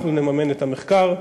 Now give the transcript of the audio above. אנחנו נממן את המחקר,